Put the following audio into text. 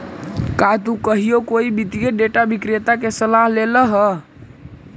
का तु कहियो कोई वित्तीय डेटा विक्रेता के सलाह लेले ह?